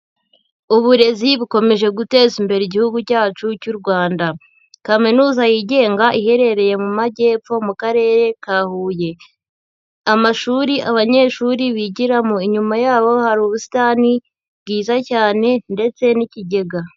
Uburezi bukomeje guteza imbere igihugu cyacu cy'u Rwanda, kaminuza yigenga iherereye mu Majyepfo mu karere ka Huye, amashuri abanyeshuri bigiramo, inyuma yabo hari ubusitani bwiza cyane ndetse n'ikigega.